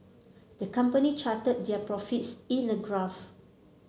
the company charted their profits in a graph